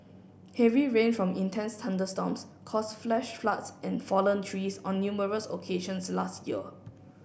heavy rain from intense thunderstorms caused flash floods and fallen trees on numerous occasions last year